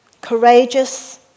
courageous